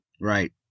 Right